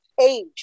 age